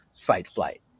fight-flight